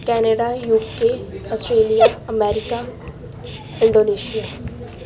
Canada UK Australia America Indonesia